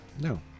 no